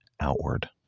outward